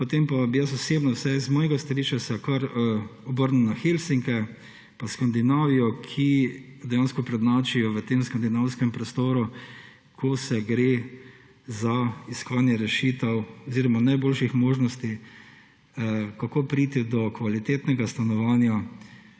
Potem pa bi se osebno, vsaj z mojega stališča, kar obrnil na Helsinke, pa Skandinavijo, ki dejansko prednjačijo v tem skandinavskem prostoru, ko gre za iskanje rešitev oziroma najboljših možnosti, kako priti do kvalitetnega stanovanja